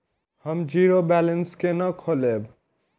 हम zero balance केना खोलैब?